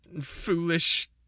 foolish